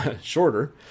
shorter